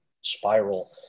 spiral